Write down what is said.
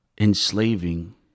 enslaving